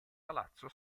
palazzo